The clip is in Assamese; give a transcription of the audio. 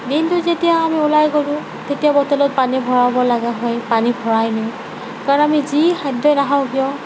দিনটো যেতিয়া আমি ওলাই গ'লোঁ তেতিয়া বটলত পানী ভৰাব লগা হয় পানী ভৰাই নিওঁ কাৰণ আমি যি খাদ্যই নাখাওঁ কিয়